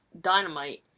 Dynamite